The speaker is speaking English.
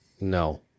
No